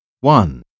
One